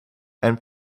and